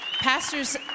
Pastors